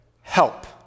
help